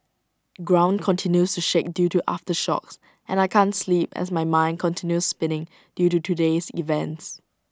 ground continues to shake due to aftershocks and I can't sleep as my mind continue spinning due to today's events